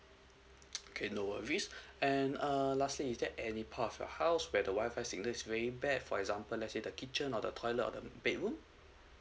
okay no worries and err lastly is that any path of your house where the Wi-Fi signal is very bad for example let's say the kitchen or the toilet or the bedroom